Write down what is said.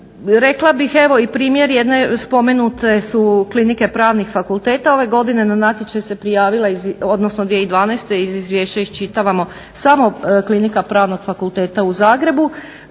Rekla bih evo i primjer jedne spomenute su klinike pravnih fakulteta. Ove godine na natječaj se prijavila, odnosno 2012. iz Izvješća iščitavamo samo Klinika Pravnog fakulteta u Zagrebu.